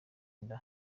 inda